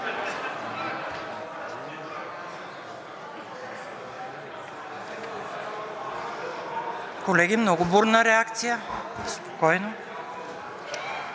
Колеги, много бурна реакция. Спокойно.